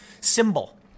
symbol